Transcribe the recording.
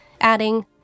adding